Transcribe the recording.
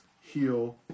heal